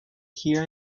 here